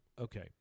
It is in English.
Okay